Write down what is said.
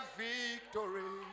victory